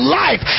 life